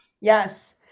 Yes